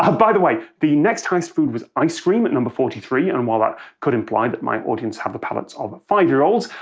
ah by the way, the next highest food was ice cream, at number forty three, and while that could imply that my audience have the palates of five-year-olds,